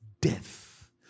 death